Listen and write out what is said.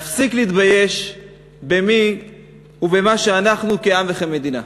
להפסיק להתבייש במי ובמה שאנחנו כעם וכמדינה.